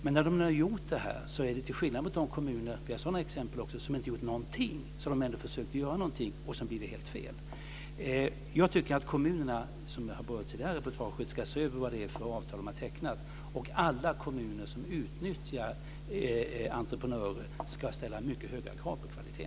Till skillnad mot de kommuner som inte har gjort någonting - det finns sådana exempel också - har dessa kommuner ändå försökt att göra någonting, men sedan har det blivit helt fel. Jag tycker att de kommuner som har tagits upp i det här reportaget ska se över vad det är för avtal de har tecknat. Och alla kommuner som utnyttjar entreprenörer ska ställa mycket höga krav på kvalitet.